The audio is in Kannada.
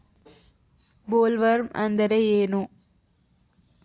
ಬೊಲ್ವರ್ಮ್ ಅಂದ್ರೇನು?